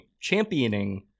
championing